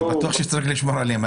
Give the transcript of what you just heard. בטוח צריך לשמור עליהם.